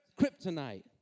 Kryptonite